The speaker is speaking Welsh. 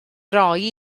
roi